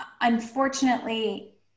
unfortunately